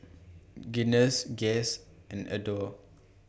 Guinness Guess and Adore